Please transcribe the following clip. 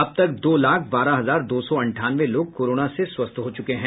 अब तक दो लाख बारह हजार दो सौ अंठानवे लोग कोरोना से स्वस्थ हो चुके हैं